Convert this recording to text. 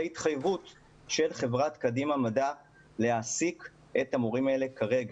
התחייבות של חברת קדימה מדע להעסיק את המורים האלה רגע.